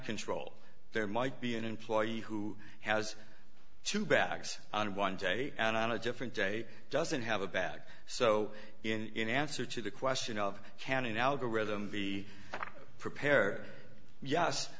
control there might be an employee who has two bags on one day and on a different day doesn't have a bag so in answer to the question of can an algorithm be prepare yes